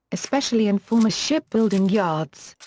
especially in former ship building yards.